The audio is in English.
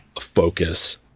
focus